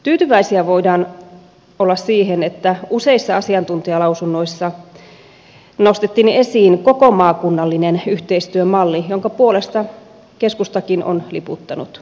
tyytyväisiä voidaan olla siihen että useissa asiantuntijalausunnoissa nostettiin esiin koko maakunnallinen yhteistyömalli jonka puolesta keskustakin on liputtanut